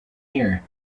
here